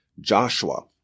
Joshua